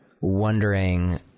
wondering